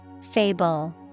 Fable